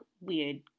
weird